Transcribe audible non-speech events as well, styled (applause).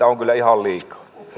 (unintelligible) on kyllä ihan liikaa